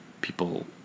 people